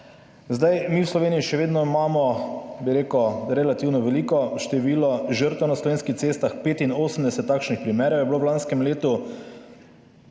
Mi v Sloveniji vedno še imamo relativno veliko število žrtev na slovenskih cestah, 85 takšnih primerov je bilo v lanskem letu.